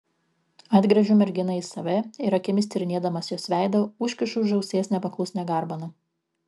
atgręžiu merginą į save ir akimis tyrinėdamas jos veidą užkišu už ausies nepaklusnią garbaną